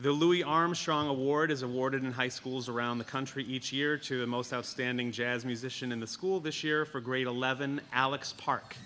the louis armstrong award is awarded in high schools around the country each year to the most outstanding jazz musician in the school this year for grade eleven alex park